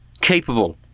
capable